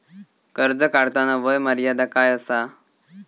कर्ज काढताना वय मर्यादा काय आसा?